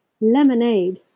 Lemonade